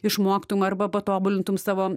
išmoktum arba patobulintum savo